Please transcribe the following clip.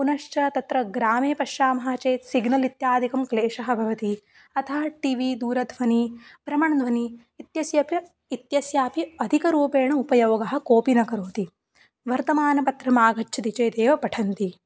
पुनश्च तत्र ग्रामे पश्यामः चेत् सिग्नल् इत्यादिकं क्लेशः भवति अतः टि वि दूरध्वनिः प्रमाणध्वनिः इत्यस्यापि इत्यस्यापि अधिकरूपेण उपयोगः कोऽपि न करोति वर्तमानपत्रमागच्छति चेदेव पठन्ति